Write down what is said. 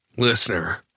Listener